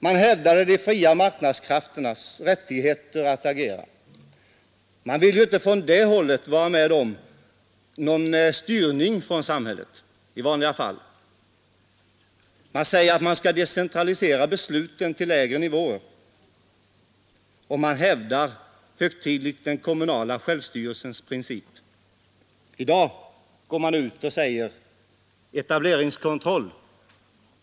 Man hävdade de fria marknadskrafternas rätt att göra sig gällande. Man vill ju inte från det hållet vara med om någon styrning från samhället i vanliga fall. Man säger att man skall decentralisera besluten till lägre nivå, och man hävdar högtidligt den kommunala självstyrelsens princip. I dag går man ut och talar om etableringskontroll.